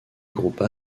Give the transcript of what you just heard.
groupe